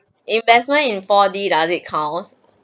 investment in four d does it counts